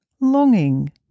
longing